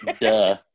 duh